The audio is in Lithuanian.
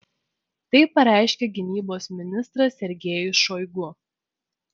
tai pareiškė gynybos ministras sergejus šoigu